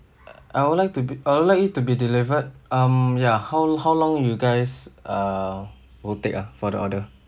uh I will like to be I'll like it to be delivered um ya how how long you guys err will take ah for the order